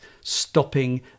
stopping